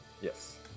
Yes